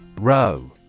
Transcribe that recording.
Row